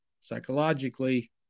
Psychologically